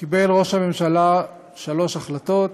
קיבל ראש הממשלה שלוש החלטות,